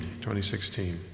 2016